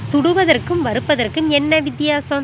சுடுவதற்கும் வறுப்பதற்கும் என்ன வித்தியாசம்